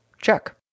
check